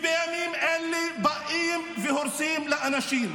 בימים אלה באים והורסים לאנשים.